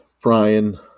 Brian